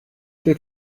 der